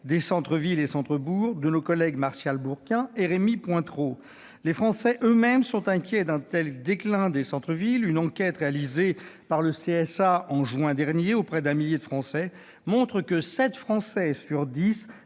des centres-villes et centres-bourgs de nos collègues Martial Bourquin et Rémy Pointereau. Les Français eux-mêmes sont inquiets de ce déclin des centres-villes. Une enquête réalisée par l'institut CSA, en juin dernier, auprès d'un millier de Français, montre que sept Français sur